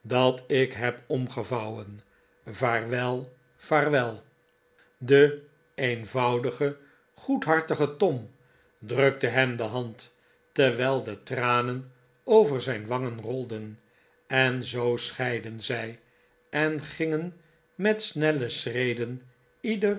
dat ik heb omgevouwen vaarwel vaarwel de eenvoudige goedhartige tom drukte hem de hand terwijl de tranen over zijn wangen rolden en zoo scheidden zij en gingen met snelle schreden ieder